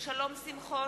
שלום שמחון,